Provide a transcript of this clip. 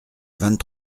vingt